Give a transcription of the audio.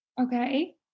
Okay